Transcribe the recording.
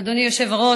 אדוני היושב-ראש,